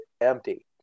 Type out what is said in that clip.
empty